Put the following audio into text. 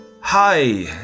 Hi